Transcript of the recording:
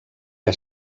que